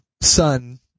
son